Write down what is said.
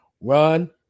Run